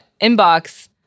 Inbox